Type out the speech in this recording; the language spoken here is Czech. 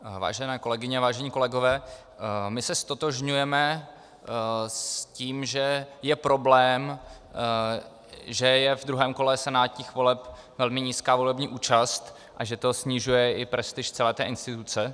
Vážené kolegyně, vážení kolegové, my se ztotožňujeme s tím, že je problém, že je ve druhém kole senátních voleb velmi nízká volební účast a že to snižuje i prestiž celé instituce.